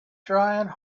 trying